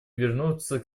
вернуться